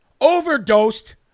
overdosed